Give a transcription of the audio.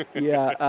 yeah.